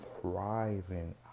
thriving